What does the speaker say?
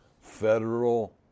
federal